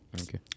Okay